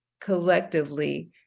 collectively